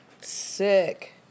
Sick